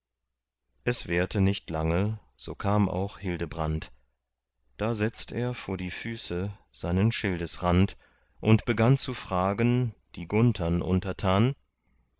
es währte nicht lange so kam auch hildebrand da setzt er vor die füße seinen schildesrand und begann zu fragen die gunthern untertan